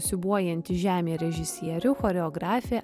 siūbuojanti žemė režisierių choreografė